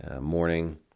morning